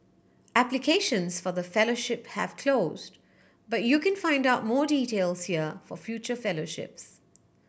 applications for the fellowship have closed but you can find out more details here for future fellowships